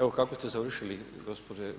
Evo kako ste završili